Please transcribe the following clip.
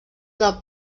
del